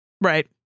Right